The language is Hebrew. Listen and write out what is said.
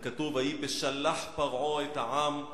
וכתוב: "ויהי בשלח פרעה את העם",